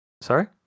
Sorry